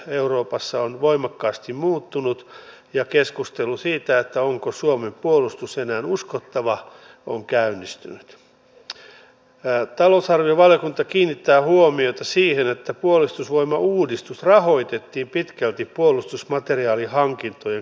minusta on hienoa että täällä näyttää olevan jo aika laaja yhteisymmärrys siitä että lainsäädännön laatua on parannettava että vaikuttavuusarvioita on tehtävä laajemmin ja että myöskin laajapohjainen komiteavalmistelu olisi tulevaisuudessa taas käytössä